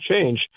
change